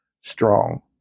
strong